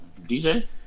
DJ